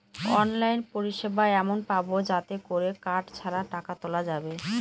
online পরিষেবা এমন পাবো যাতে করে কার্ড ছাড়া টাকা তোলা যাবে